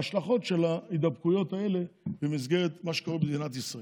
ובהשלכות של ההידבקויות האלה במסגרת מה שקורה במדינת ישראל.